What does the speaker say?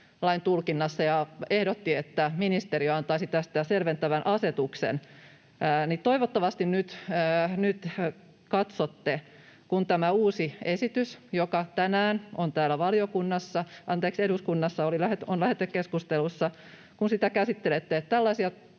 laintulkinnassa, ja ehdotti, että ministeriö antaisi tästä selventävän asetuksen. Toivottavasti nyt katsotte, kun käsittelette tätä uutta esitystä, joka tänään on täällä eduskunnassa lähetekeskustelussa, että tällaisia